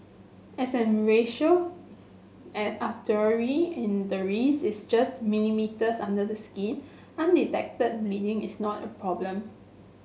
as the racial an artery in the wrist is just millimetres under the skin undetected bleeding is not a problem